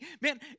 man